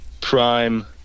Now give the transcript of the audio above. prime